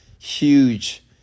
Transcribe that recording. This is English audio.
huge